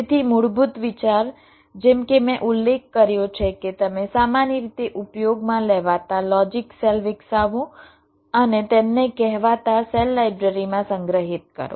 તેથી મૂળભૂત વિચાર જેમ કે મેં ઉલ્લેખ કર્યો છે કે તમે સામાન્ય રીતે ઉપયોગમાં લેવાતા લોજિક સેલ વિકસાવો અને તેમને કહેવાતા સેલ લાઇબ્રેરીમાં સંગ્રહિત કરો